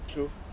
true